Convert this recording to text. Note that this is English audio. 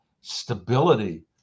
stability